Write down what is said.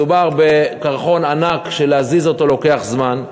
מדובר בקרחון ענק שלהזיז אותו לוקח זמן.